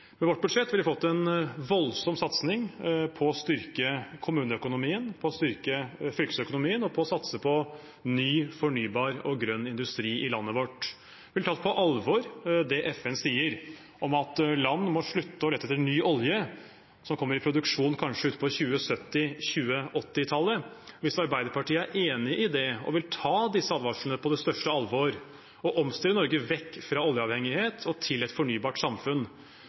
Med vårt budsjett ville vi fått en voldsom satsing på styrket kommuneøkonomi og på styrket fylkesøkonomi og satsing på ny fornybar og grønn industri i landet vårt. Vi ville tatt på alvor det FN sier om at land må slutte å lete etter ny olje, som kommer i produksjon kanskje utpå 2070–2080-tallet. Hvis Arbeiderpartiet er enig i det og vil ta disse advarslene på det største alvor og omstille Norge vekk fra oljeavhengighet og til et fornybart samfunn,